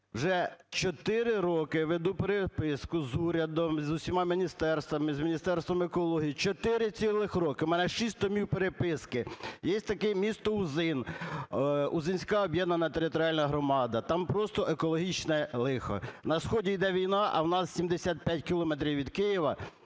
вже 4 роки веду переписку з урядом, із усіма міністерства, з Міністерством екології, 4 цілих роки, у мене шість томів переписки. Є таке місто Узин, Узинська об'єднана територіальна громада, там просто екологічне лихо. На сході йде війна, а у нас, 75 кілометрів від Києва,